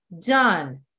done